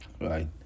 Right